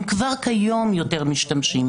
הם כבר כיום יותר משתמשים.